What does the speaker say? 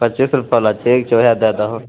पचीस रुपयामे ठीक छै ओएह दऽ देहो